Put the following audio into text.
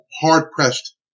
hard-pressed